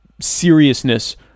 seriousness